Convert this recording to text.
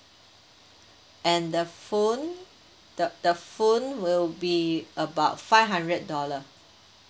and the phone the the phone will be about five hundred dollar